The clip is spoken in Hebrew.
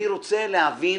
אני רוצה להבין